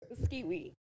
Skiwi